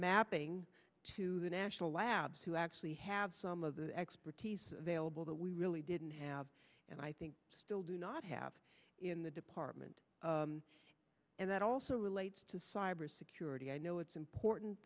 mapping to the national labs who actually have some of the expertise available that we really didn't have and i think still do not have in the department and that also relates to cybersecurity i know it's important